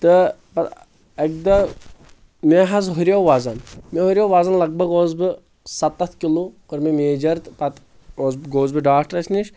تہٕ اکہِ دۄہ مےٚ حظ ہُریو وزن مےٚ ہُریو وزن لگ بگ اوسُس بہٕ ستتھ کِلو کوٚر مےٚ میجر تہٕ پتہٕ گوس بہٕ گوٚوُس بہٕ ڈاکٹرس نِش